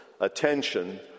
attention